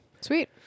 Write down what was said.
Sweet